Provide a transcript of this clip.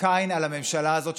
הקהל יכול היה לבוא